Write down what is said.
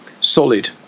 solid